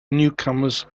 newcomers